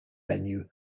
venue